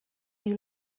you